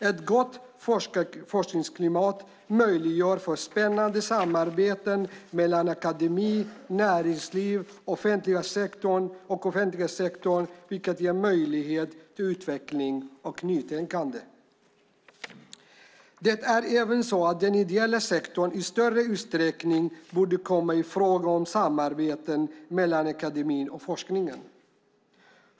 Ett gott forskningsklimat möjliggör spännande samarbeten mellan akademi, näringsliv och offentliga sektorn, vilket ger möjlighet till utveckling och nytänkande. Det är även så att den ideella sektorn i större utsträckning borde komma i fråga för samarbete mellan akademin och forskningen.